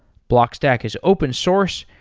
blockstack is open source,